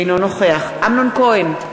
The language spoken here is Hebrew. אינו נוכח אמנון כהן,